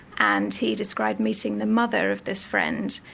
and he described meeting the mother of this friend,